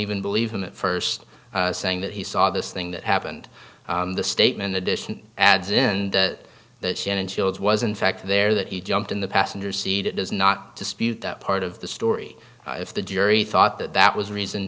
even believe him at first saying that he saw this thing that happened the statement addition adds in the fields was in fact there that he jumped in the passenger seat it does not dispute that part of the story if the jury thought that that was reason